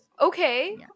okay